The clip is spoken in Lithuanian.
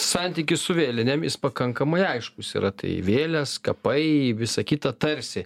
santykis su vėlinėmis pakankamai aiškūs yra tai vėlės kapai visa kita tarsi